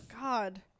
God